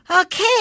Okay